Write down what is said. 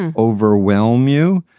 and overwhelm you,